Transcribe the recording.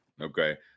okay